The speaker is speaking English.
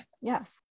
yes